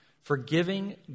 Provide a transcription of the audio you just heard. Forgiving